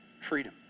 freedom